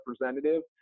representative